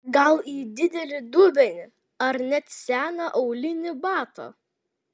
gal į didelį dubenį ar net seną aulinį batą